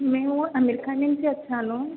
నేను అమెరికా నుంచి చేస్తున్నాను